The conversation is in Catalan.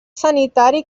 sanitari